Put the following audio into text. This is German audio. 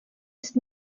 ist